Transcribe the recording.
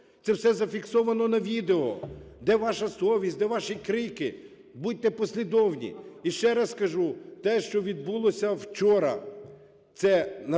Це все зафіксовано на відео. Де ваша совість, де ваші крики?! Будьте послідовні. І ще раз кажу. Те, що відбулося вчора, - це, на превелике